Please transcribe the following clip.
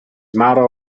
motto